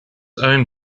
owned